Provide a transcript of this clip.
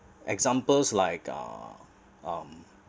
examples like uh um